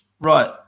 Right